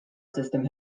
system